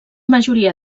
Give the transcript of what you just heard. majoria